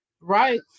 right